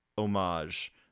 Homage